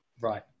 Right